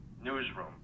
newsroom